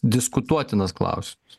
diskutuotinas klausimas